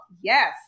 yes